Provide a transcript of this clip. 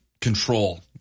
control